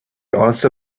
also